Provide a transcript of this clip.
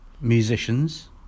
musicians